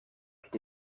could